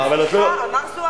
הוא אמר "זוארץ".